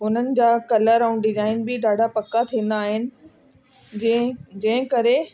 हुननि जा कलर ऐं डिजाइन बि ॾाढा पका थींदा आहिनि जीअं जे करे